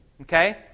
Okay